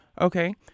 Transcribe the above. Okay